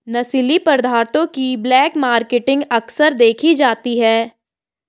नशीली पदार्थों की ब्लैक मार्केटिंग अक्सर देखी जाती है